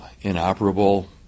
inoperable